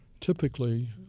Typically